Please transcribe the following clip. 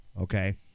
okay